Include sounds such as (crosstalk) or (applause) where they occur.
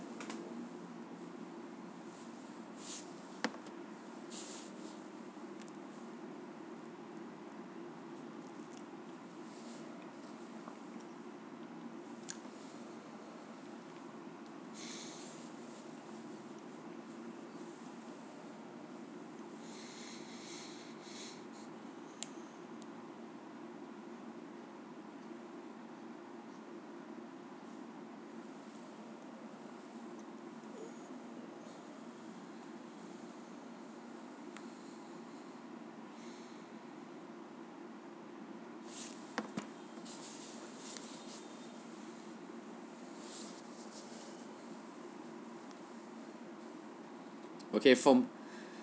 (breath) okay from (breath)